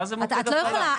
מה זה מוקד הפעלה?